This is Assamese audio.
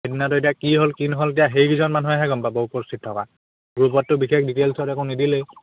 সেইদিনাতো এতিয়া কি হ'ল কি ন'হল এতিয়া সেইকেইজন মানুহেহে গম পাব উপস্থিত থকা গ্ৰুপতটো বিশেষ ডিটেইলছত একো নিদিলেই